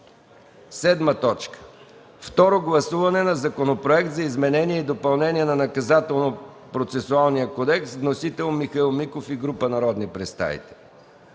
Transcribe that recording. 7. Второ гласуване на Законопроект за изменение и допълнение на Наказателно-процесуалния кодекс. Вносител – Михаил Миков и група народни представители.